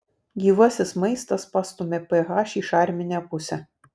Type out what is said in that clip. gyvasis maistas pastumia ph į šarminę pusę